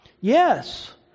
yes